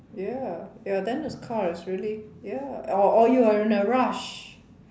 ya ya then this car is really ya or or you are in a rush